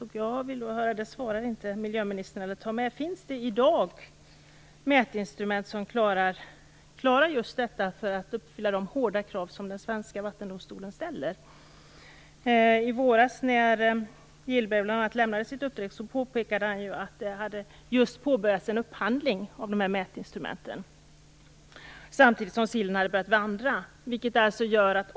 Miljöministern svarar inte på om det i dag finns mätinstrument som klarar de hårda krav som den svenska vattendomstolen ställer. Bl.a. påpekade Gillberg när han lämnade sitt uppdrag i våras att det just hade påbörjats en upphandling av mätinstrument samtidigt som sillen hade börjat vandra.